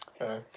okay